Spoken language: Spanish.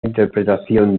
interpretación